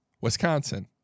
Wisconsin